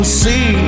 see